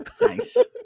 Nice